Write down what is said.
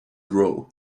grow